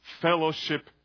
fellowship